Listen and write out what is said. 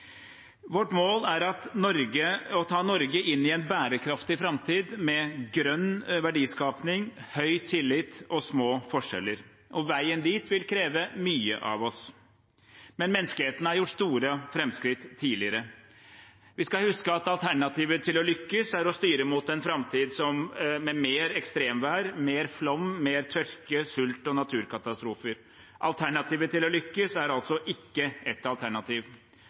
Vårt mål er å ta Norge inn i en bærekraftig framtid med grønn verdiskaping, høy tillit og små forskjeller. Veien dit vil kreve mye av oss, men menneskeheten har gjort store framskritt tidligere. Vi skal huske at alternativer til å lykkes er å styre mot en framtid med mer ekstremvær, mer flom, mer tørke, sult og naturkatastrofer. Alternativet til å lykkes er altså ikke et alternativ.